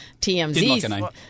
TMZ